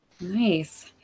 Nice